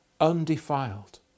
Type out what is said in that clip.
undefiled